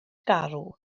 garw